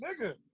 nigga